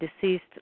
deceased